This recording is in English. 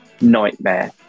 nightmare